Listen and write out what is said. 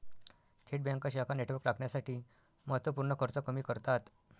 थेट बँका शाखा नेटवर्क राखण्यासाठी महत्त्व पूर्ण खर्च कमी करतात